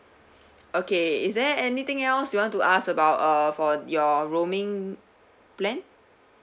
okay is there anything else you want to ask about uh for your roaming plan